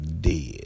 dead